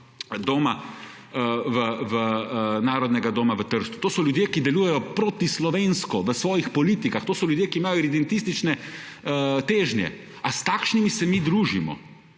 narodnega doma v Trstu. To so ljudje, ki delujejo protislovensko v svojih politikah. To so ljudje, ki imajo iredentistične(?) težnje. A s takšnimi se mi družimo?